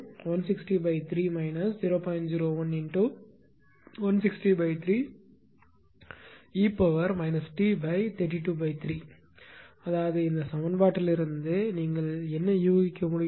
01 × 1603 e t323 அதாவது இந்த சமன்பாட்டிலிருந்து நீங்கள் என்ன யூகிக்க முடியும்